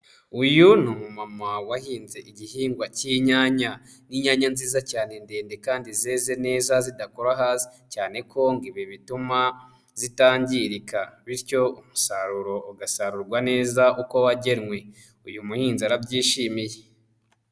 Uyu ni umumama wahinze igihingwa cy'inyanya. Ni inyanya nziza cyane ndende kandi zeze neza zidakora hasi, cyane ko ngo ibi bituma zitangirika, bityo umusaruro ugasarurwa neza uko wagenwe. Uyu muhinzi arabyishimiye.